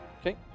Okay